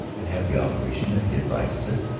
and have the operation if he advises it?